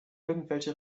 irgendwelche